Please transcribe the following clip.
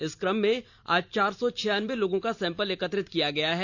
इस कम में आज चार सौ छियानब्बे लोगों का सैंपल एकत्र किया गया है